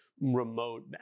remote